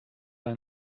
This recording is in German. ein